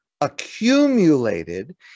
Accumulated